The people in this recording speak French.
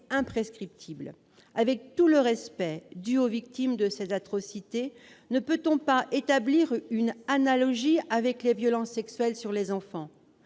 imprescriptibles. Avec tout le respect dû aux victimes de ces atrocités, ne peut-on pas établir une analogie avec les violences sexuelles sur les enfants ?